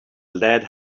lead